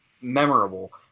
Memorable